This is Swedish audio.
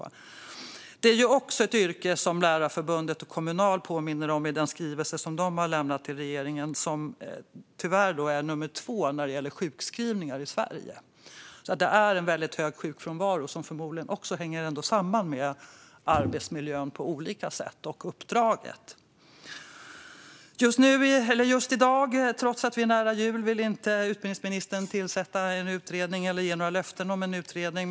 I den skrivelse som Lärarförbundet och Kommunal har lämnat till regeringen påminner de om att förskolläraryrket tyvärr ligger på andra plats när det gäller sjukskrivningar i Sverige. Det är alltså en väldigt hög sjukfrånvaro, som förmodligen hänger samman med arbetsmiljön och uppdraget. Just i dag, trots att vi är nära jul, vill inte utbildningsministern tillsätta en utredning eller ge några löften om en utredning.